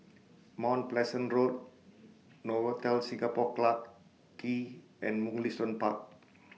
Mount Pleasant Road Novotel Singapore Clarke Quay and Mugliston Park